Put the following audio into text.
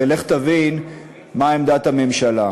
ולך תבין מה עמדת הממשלה.